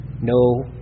no